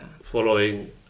following